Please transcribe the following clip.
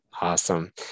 Awesome